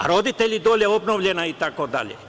Roditelji dole, obnovljena itd.